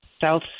South